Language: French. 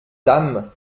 dame